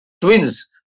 twins